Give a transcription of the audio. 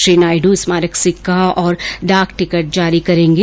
श्री नायडू स्मारक सिक्का और डाक टिकट जारी करेंगे